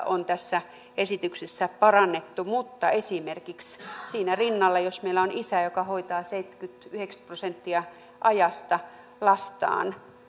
on tässä esityksessä parannettu mutta esimerkiksi siinä rinnalla jos meillä on isä joka hoitaa seitsemänkymmentä viiva yhdeksänkymmentä prosenttia ajasta lastaan